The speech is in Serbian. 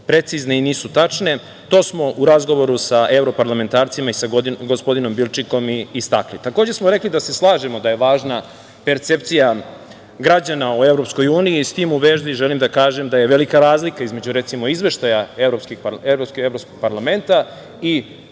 precizne i nisu tačne. To smo u razgovoru sa evroparlamentarcima i sa gospodinom Bilčikom istakli. Takođe smo rekli da se slažemo da je važna percepcija građana u EU. S tim u vezi želim da kažem da je velika razlika između, recimo izveštaja Evropskog parlamenta i